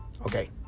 Okay